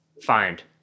find